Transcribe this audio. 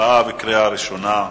הצבעה בקריאה ראשונה.